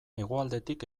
hegoaldetik